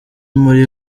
muri